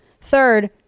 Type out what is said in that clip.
Third